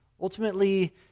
Ultimately